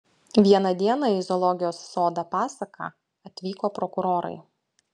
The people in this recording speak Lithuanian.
vieną dieną į zoologijos sodą pasaką atvyko prokurorai